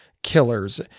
killers